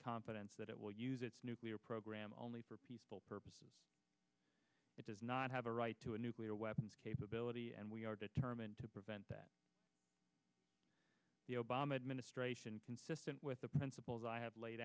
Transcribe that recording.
confidence that it will use its nuclear program only for peaceful purposes it does not have a right to a nuclear weapons capability and we are determined to prevent that the obama administration consistent with the principles i have laid